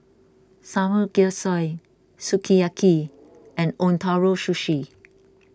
Samgyeopsal Sukiyaki and Ootoro Sushi